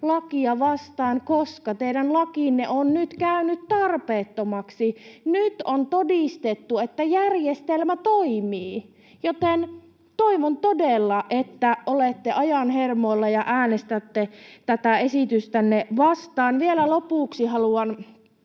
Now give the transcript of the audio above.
lakia vastaan, koska teidän lakinne on nyt käynyt tarpeettomaksi. Nyt on todistettu, että järjestelmä toimii, joten toivon todella, että olette ajan hermolla ja äänestätte tätä esitystänne vastaan. Vielä lopuksi haluan